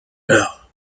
meurt